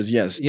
yes